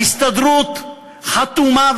ההסתדרות חתומה,